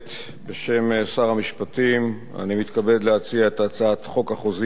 בשם שר המשפטים אני מתכבד להציע את הצעת חוק החוזים האחידים